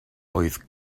oedd